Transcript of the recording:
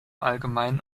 allgemeinen